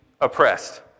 Oppressed